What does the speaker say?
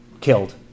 killed